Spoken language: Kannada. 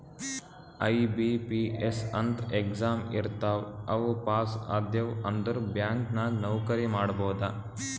ಐ.ಬಿ.ಪಿ.ಎಸ್ ಅಂತ್ ಎಕ್ಸಾಮ್ ಇರ್ತಾವ್ ಅವು ಪಾಸ್ ಆದ್ಯವ್ ಅಂದುರ್ ಬ್ಯಾಂಕ್ ನಾಗ್ ನೌಕರಿ ಮಾಡ್ಬೋದ